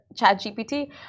ChatGPT